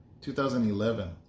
2011